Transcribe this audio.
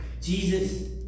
Jesus